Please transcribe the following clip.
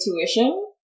Intuition